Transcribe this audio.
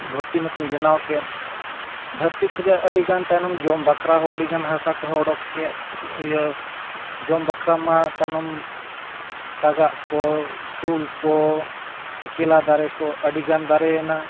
ᱫᱷᱟᱹᱨᱛᱤ ᱢᱟᱹᱠᱤᱱ ᱵᱮᱱᱟᱣ ᱠᱮᱫ ᱫᱷᱟᱹᱨᱛᱤ ᱠᱷᱚᱱᱟᱜ ᱟᱹᱰᱤ ᱜᱟᱱ ᱛᱟᱭᱱᱚᱢ ᱡᱚᱢ ᱵᱟᱠᱷᱨᱟ ᱦᱚᱸ ᱟᱹᱰᱤ ᱜᱟᱱ ᱦᱟᱥᱟ ᱠᱚᱦᱚᱸ ᱚᱰᱳᱠ ᱠᱮᱫ ᱤᱭᱟᱹ ᱡᱚᱢ ᱵᱟᱠᱷᱨᱟ ᱢᱟ ᱛᱟᱭᱱᱚᱢ ᱥᱟᱜᱟᱫ ᱠᱚ ᱩᱞ ᱠᱚ ᱥᱮ ᱠᱮᱞᱟ ᱫᱟᱨᱮ ᱠᱚ ᱟᱹᱰᱤ ᱜᱟᱱ ᱫᱟᱨᱮᱭᱮᱱᱟ